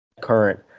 current